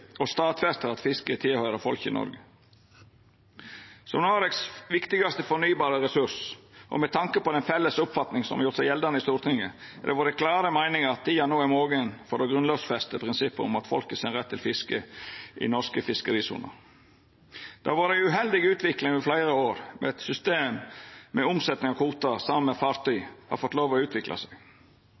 stadfestar at fisket høyrer til folket i Noreg. Sidan det er den viktigaste fornybare ressursen i Noreg, og med tanke på den felles oppfatninga som har gjort seg gjeldande i Stortinget, er det vår klare meining at tida no er mogen for å grunnlovfesta prinsippet om folket sin rett til fiske i norske fiskerisoner. Det har vore ei uheldig utvikling i fleire år med eit system der omsetning av kvotar saman med farty har fått lov til å utvikla seg.